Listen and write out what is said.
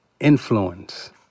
influence